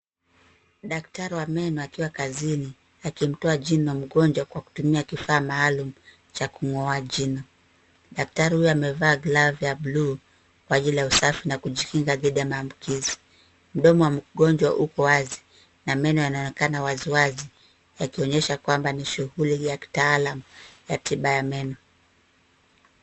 Daktari wa meno akiwa kazini akimtoa jino mgonjwa kwa kutumia kifaa maalum cha kung'oa jino. Daktari huyo amevaa glavu ya buluu kwa ajili ya usafi na kujikinga dhidi ya maambukizi. Mdomo wa mgonjwa upo wazi na meno yanaonekana waziwazi, yakionyesha kwamba ni shughuli ya kitaalam ya tiba ya meno.